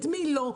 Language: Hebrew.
את מי לא,